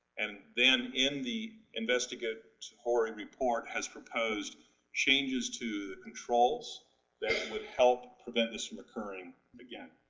and, then, in the investigatory report has proposed changes to the controls that would help prevent this from occurring again.